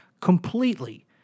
completely